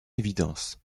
évidence